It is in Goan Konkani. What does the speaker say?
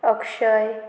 अक्षय